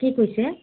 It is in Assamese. কি কৈছে